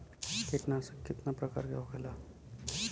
कीटनाशक कितना प्रकार के होखेला?